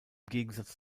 gegensatz